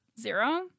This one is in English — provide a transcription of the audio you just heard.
Zero